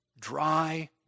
Dry